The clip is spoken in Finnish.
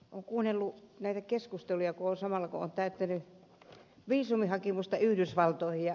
olen kuunnellut näitä keskusteluja samalla kun olen täyttänyt viisumihakemusta yhdysvaltoihin